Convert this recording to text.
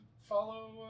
follow